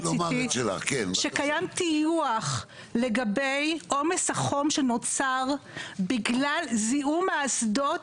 שקיים טיוח לגבי עומס החום שנוצר בגלל זיהום האסדות